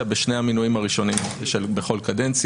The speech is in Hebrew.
כאשר אני מדבר על מינוי בתקופתה של איילת שקד,